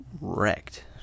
wrecked